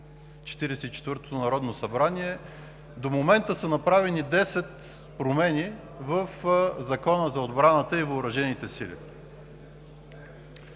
четвъртото народно събрание, до момента са направени 10 промени в Закона за отбраната и въоръжените сили.